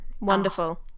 wonderful